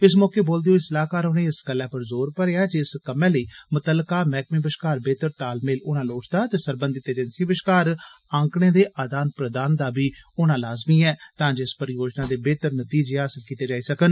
इस मौके बोलदे होई सलाहकार होरें इस गल्लै उप्पर जोर भरेआ जे इस कम्मै लेई मुतलका मैह्कमें बश्कार बेह्तर तालमेल होना लोड़चदा ते सरबंघत अजेंसियें बश्कार आंकड़े दे आदान प्रदान दा होना बी लाज़मी ऐ तां जे इस परियोजना दे बेह्तर नतीजें हासल होई सकन